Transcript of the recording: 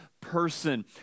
person